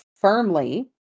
firmly